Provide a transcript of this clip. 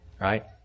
Right